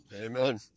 Amen